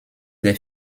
des